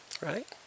right